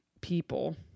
people